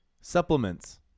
Supplements